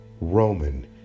Roman